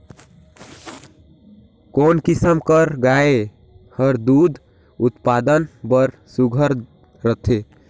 कोन किसम कर गाय हर दूध उत्पादन बर सुघ्घर रथे?